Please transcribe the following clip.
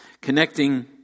Connecting